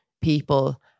people